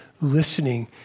listening